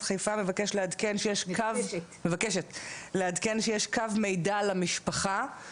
חיפה מבקשת לעדכן שיש קו מיידע למשפחה,